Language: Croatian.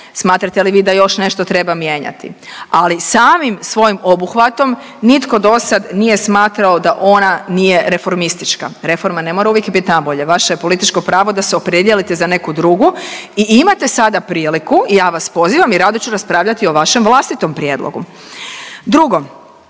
Smatrate li vi da još nešto treba mijenjati? Ali samim svojim obuhvatom nitko do sada nije smatrao da ona nije reformistička. Reforma ne mora uvijek bit nabolje, vaše je političko pravo da se opredijelite za neku drugu i imate sada priliku, ja vas pozivam jer ja ovdje ću raspravljati o vašem vlastitom prijedlogu. Drugo.